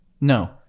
no